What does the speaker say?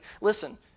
listen